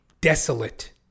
desolate